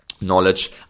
knowledge